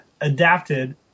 adapted